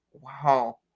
Wow